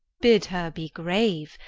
bid her be grave,